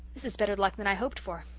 this is better luck than i hoped for,